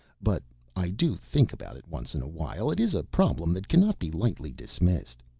but i do think about it once in a while, it is a problem that cannot be lightly dismissed.